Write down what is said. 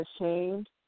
ashamed